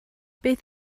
beth